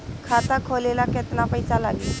खाता खोले ला केतना पइसा लागी?